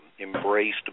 embraced